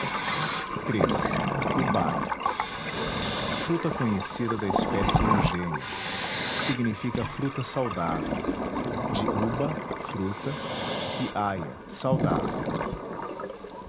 iii ubaia fruta conhecida da espécie eugênia significa fruta saudável de uba fruta e aia saudável